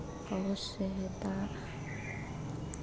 बहुत सहायता